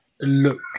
look